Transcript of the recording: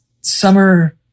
summer